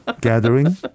gathering